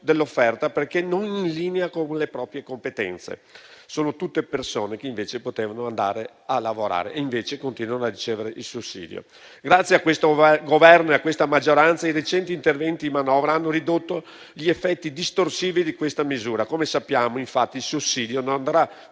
dell'offerta perché non in linea con le proprie competenze. Sono tutte persone che potevano andare a lavorare e invece continuano a ricevere il sussidio. Grazie a questo Governo e a questa maggioranza, i recenti interventi in manovra hanno ridotto gli effetti distorsivi di questa misura. Come sappiamo, infatti, il sussidio non andrà